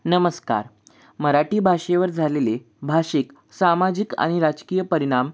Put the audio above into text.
नमस्कार मराठी भाषेवर झालेले भाषिक सामाजिक आणि राजकीय परिणाम